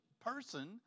person